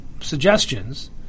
suggestions